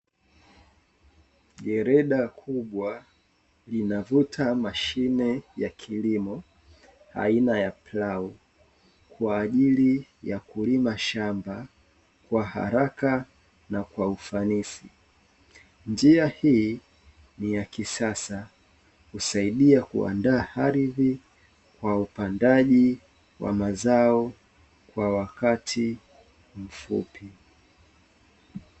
Greda kubwa inavuta mashine ya kilimo aina ya plau kwa ajili ya kulima shamba kwa haraka na kwa ufanisi. Njia hii ni ya kisasa husaidia kuandaa ardhi kwa upandaji wa mazao kwa wakati mfupi.